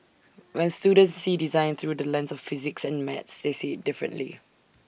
when students see design through the lens of physics and maths they see IT differently